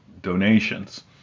donations